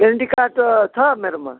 guarantee card त छ मेरोमा